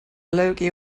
logie